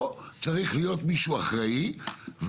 צריך להיות מישהו אחראי,